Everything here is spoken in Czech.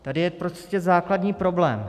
Tady je prostě základní problém.